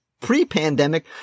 pre-pandemic